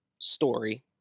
story